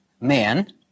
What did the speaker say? man